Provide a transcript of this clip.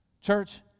Church